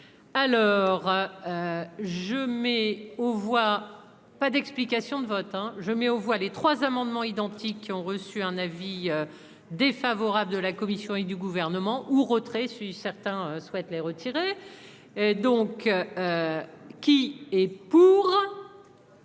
l'heure, je mets aux voix, pas d'explication de vote hein je mets aux voix les trois amendements identiques qui ont reçu un avis défavorable de la commission et du gouvernement ou retrait si certains souhaitent les retirer donc. Qui est pour.